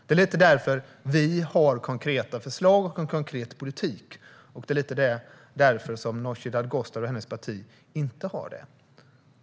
Det är därför vi har konkreta förslag och en konkret politik, och det är därför Nooshi Dadgostar och hennes parti inte har det.